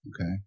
okay